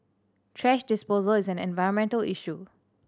thrash disposal is an environmental issue